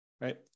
Right